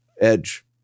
edge